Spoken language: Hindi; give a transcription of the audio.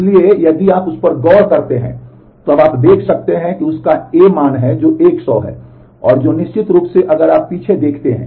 इसलिए यदि आप उस पर गौर करते हैं तो अब आप देख सकते हैं कि उसका A मान है जो 100 है जो निश्चित रूप से अगर आप पीछे देखते हैं